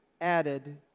added